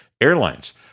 Airlines